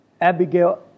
Abigail